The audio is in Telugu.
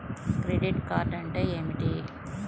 క్రెడిట్ కార్డ్ అంటే ఏమిటి?